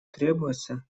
требуется